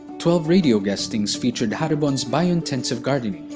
twelve radio guestings featured haribon's bio-intensive gardening,